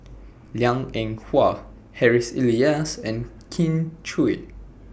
Liang Eng Hwa Harry's Elias and Kin Chui